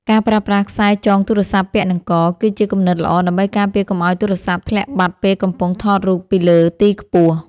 ការប្រើប្រាស់ខ្សែចងទូរស័ព្ទពាក់នឹងក គឺជាគំនិតល្អដើម្បីការពារកុំឱ្យទូរស័ព្ទធ្លាក់បាត់ពេលកំពុងថតរូបពីលើទីខ្ពស់។